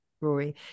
Rory